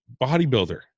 bodybuilder